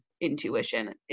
intuition